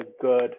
good